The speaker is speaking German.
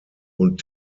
und